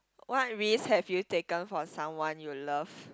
what risk have you taken for someone you love